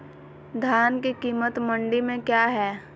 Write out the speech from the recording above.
धान के कीमत मंडी में क्या है?